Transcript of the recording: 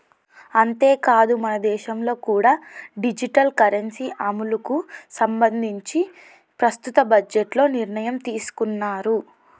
అంతేకాదు మనదేశంలో కూడా డిజిటల్ కరెన్సీ అమలుకి సంబంధించి ప్రస్తుత బడ్జెట్లో నిర్ణయం తీసుకున్నారు